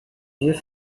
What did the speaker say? vieux